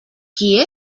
qui